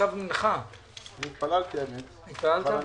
הישיבה ננעלה בשעה 14:20.